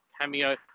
cameo